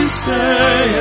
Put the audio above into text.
stay